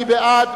מי בעד?